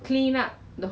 but then 很好吃